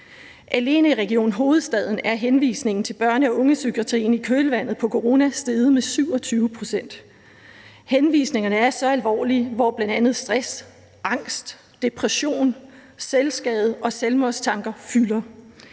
Alene i Region Hovedstaden er henvisningen til børne- og ungdomspsykiatrien i kølvandet på corona steget med 27 pct. Henvisningerne er så alvorlige, og bl.a. stress, angst, depression, selvskade og selvmordstanker fylder.